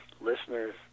listeners